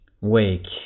wake